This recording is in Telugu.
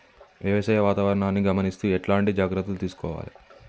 వ్యవసాయ వాతావరణాన్ని గమనిస్తూ ఎట్లాంటి జాగ్రత్తలు తీసుకోవాలే?